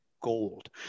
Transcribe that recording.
gold